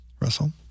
russell